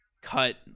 Cut